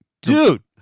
Dude